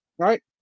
Right